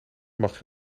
mag